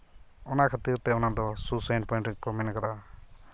ᱚᱱᱟ ᱠᱷᱟᱹᱛᱤᱨ ᱛᱮ ᱚᱱᱟᱫᱚ ᱥᱩᱭᱥᱟᱭᱤᱰ ᱯᱚᱭᱮᱱᱴ ᱨᱮᱠᱚ ᱢᱮᱱ ᱟᱠᱟᱫᱟ